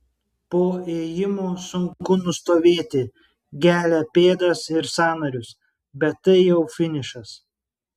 po ėjimo sunku nustovėti gelia pėdas ir sąnarius bet tai jau finišas